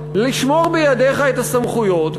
לשמור בידיך את הסמכויות,